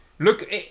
Look